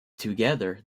together